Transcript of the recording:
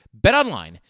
BetOnline